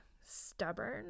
stubborn